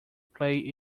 play